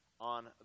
on